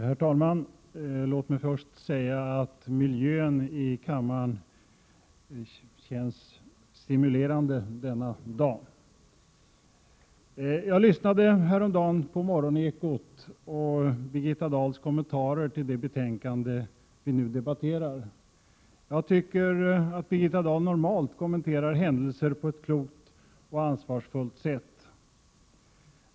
Herr talman! Jag lyssnade häromdagen på Morgonekot och Birgitta Dahls kommentarer till det betänkande vi nu debatterar. Jag tycker att Birgitta Dahl normalt kommenterar händelser på ett klokt och ansvarsfullt sätt.